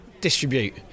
distribute